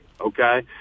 okay